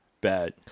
Bad